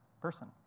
person